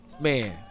man